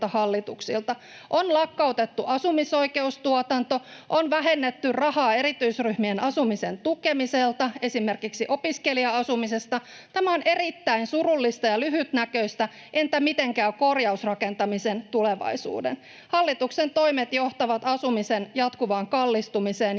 hallituksilta. On lakkautettu asumisoikeustuotanto, on vähennetty rahaa erityisryhmien asumisen tukemiselta, esimerkiksi opiskelija-asumisesta. Tämä on erittäin surullista ja lyhytnäköistä. Entä miten käy korjausrakentamisen tulevaisuuden? Hallituksen toimet johtavat asumisen jatkuvaan kallistumiseen ja